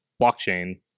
blockchain